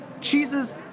cheeses